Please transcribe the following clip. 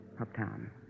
Uptown